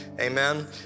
Amen